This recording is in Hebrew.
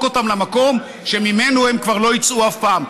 אותם למקום שממנו הם כבר לא יצאו אף פעם.